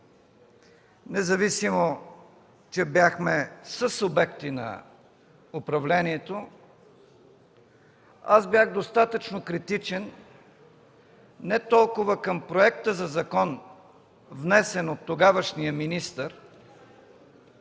независимо че бяхме съсубекти на управлението, аз бях достатъчно критичен не толкова към проекта за закон, внесен от тогавашния министър,